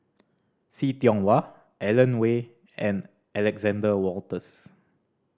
See Tiong Wah Alan Oei and Alexander Wolters